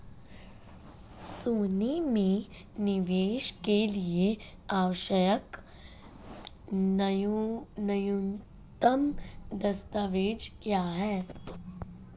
सोने में निवेश के लिए आवश्यक न्यूनतम दस्तावेज़ क्या हैं?